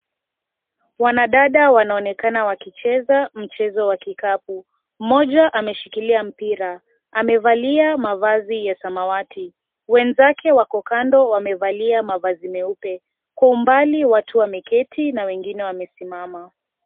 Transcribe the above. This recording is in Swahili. Wanadada wanaonekana wakicheza mchezo wa kikapu. Mmoja ameshikilia mpira. Amevalia mavazi ya samawati. Wenzake wako kando wamevalia mavazi meupe. Kwa umbali watu wameketi na wengine wamesimama.